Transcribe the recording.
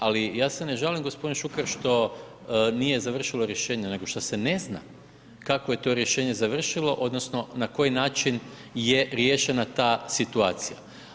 Ali ja se ne žalim g. Šuker što nije završilo rješenje, nego šta se ne zna kako je to rješenje završilo odnosno na koji način je riješena ta situacija.